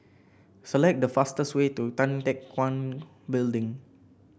select the fastest way to Tan Teck Guan Building